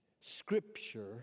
Scripture